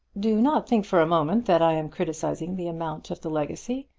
do not think for a moment that i am criticising the amount of the legacy.